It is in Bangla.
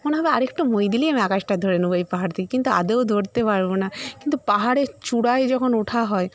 মনে হবে আরেকটু মই দিলেই আমি আকাশটা ধরে নেবো এই পাহাড় থেকে কিন্তু আদৌ ধরতে পারবো না কিন্তু পাহাড়ের চূড়ায় যখন ওঠা হয়